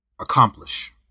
Accomplish